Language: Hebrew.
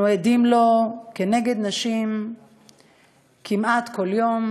אנו עדים לאלימות כנגד נשים כמעט כל יום: